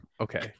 Okay